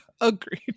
Agreed